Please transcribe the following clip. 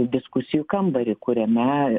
į diskusijų kambarį kuriame